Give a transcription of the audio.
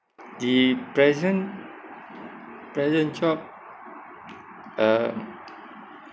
the present present job uh